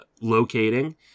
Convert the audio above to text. locating